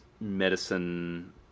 medicine